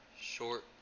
short